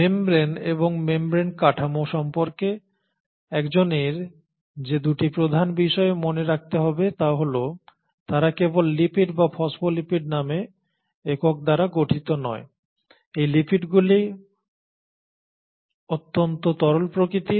membrane এবং membrane কাঠামো সম্পর্কে একজনের যে দুটি প্রধান বিষয় মনে রাখতে হবে তা হল তারা কেবল লিপিড এবং ফসফোলিপিড নামে একক দ্বারা গঠিত নয় এই লিপিডগুলি অত্যন্ত তরল প্রকৃতির